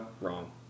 wrong